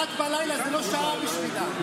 שעה 01:00 זו לא שעה בשבילם.